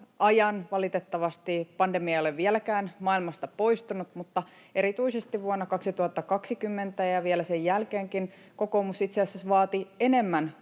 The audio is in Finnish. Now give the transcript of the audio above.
ajan. Valitettavasti pandemia ei ole vieläkään maailmasta poistunut, mutta erityisesti vuonna 2020 ja vielä sen jälkeenkin kokoomus itse asiassa vaati enemmän